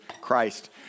Christ